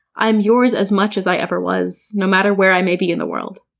i'm yours as much as i ever was, no matter where i may be in the world.